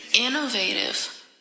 Innovative